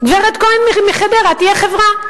גברת כהן מחדרה תהיה חברה.